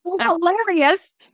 hilarious